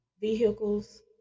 vehicles